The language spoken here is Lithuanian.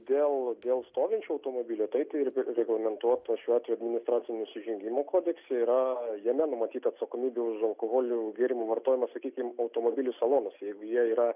dėl dėl stovinčio automobilio taip ir reglamentuota šiuo atveju administracinių nusižengimų kodekse yra jame numatyta atsakomybė už alkoholinių gėrimų vartojimą sakykim automobilių salonuose jie yra